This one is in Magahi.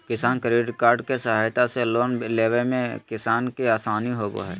किसान क्रेडिट कार्ड के सहायता से लोन लेवय मे किसान के आसानी होबय हय